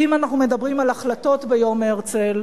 ואם אנחנו מדברים על החלטות ביום הרצל,